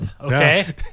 okay